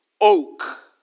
oak